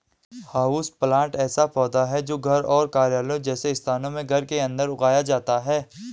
houseplant ऐसा पौधा है जो घरों और कार्यालयों जैसे स्थानों में घर के अंदर उगाया जाता है